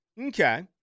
Okay